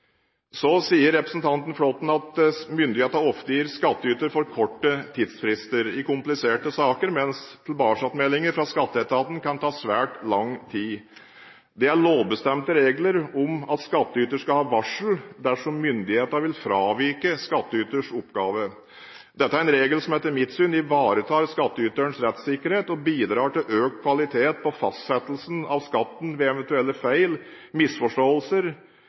Så sier representanten Flåtten at myndighetene ofte gir skattyter for korte tidsfrister i kompliserte saker, mens tilbakemeldinger fra skatteetaten kan ta svært lang tid. Det er lovbestemte regler om at skattyter skal ha varsel dersom myndighetene vil fravike skattyters oppgaver. Dette er en regel som etter mitt syn ivaretar skattyternes rettssikkerhet og bidrar til økt kvalitet på fastsettelsen av skatten ved eventuelle feil, og at misforståelser